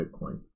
bitcoin